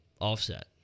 Offset